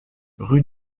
rue